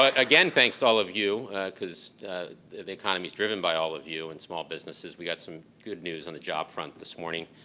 ah again, thanks to all of you because the economy is driven by all of you in small businesses. we've got some good news on the job front this morning.